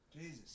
Jesus